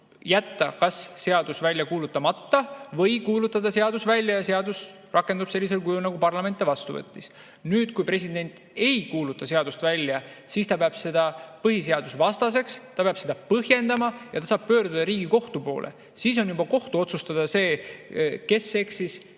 jätta seadus välja kuulutamata või kuulutada seadus välja ja see rakendub sellisel kujul nagu parlament ta vastu võttis. Nüüd, kui president ei kuuluta seadust välja, siis ta peab seda põhiseadusvastaseks, ta peab seda põhjendama ja ta saab pöörduda Riigikohtu poole. Siis on juba kohtu otsustada see, kes eksis